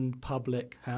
public